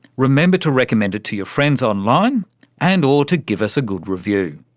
remember to recommend it to your friends online and or to give us a good review.